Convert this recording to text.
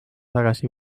tagasi